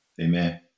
Amen